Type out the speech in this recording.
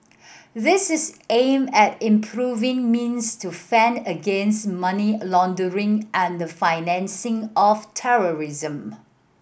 this is aimed at improving means to fend against money laundering and financing of terrorism